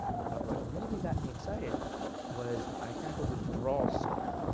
but what really got me excited was, i found a withdrawal slip.